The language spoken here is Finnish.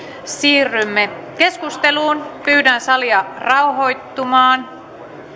siirrymme keskusteluun pyydän salia rauhoittumaan